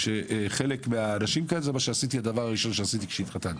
זה הדבר הראשון שעשיתי כשהתחתנתי.